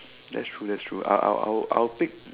that's true that's true I I I'll I'll pick